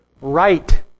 right